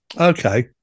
okay